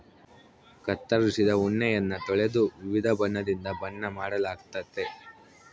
ಕತ್ತರಿಸಿದ ಉಣ್ಣೆಯನ್ನ ತೊಳೆದು ವಿವಿಧ ಬಣ್ಣದಿಂದ ಬಣ್ಣ ಮಾಡಲಾಗ್ತತೆ